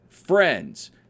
friends